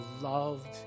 loved